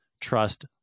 trust